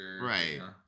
Right